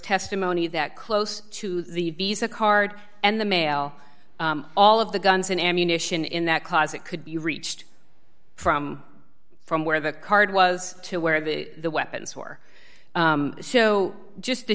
testimony that close to the visa card and the mail all of the guns and ammunition in that closet could be reached from from where the card was to where the weapons were so just the